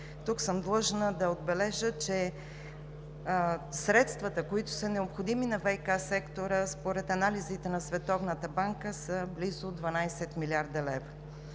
Тук съм длъжна да отбележа, че средствата, които са необходими на ВиК сектора според анализите на Световната банка, са близо 12 млрд. лв.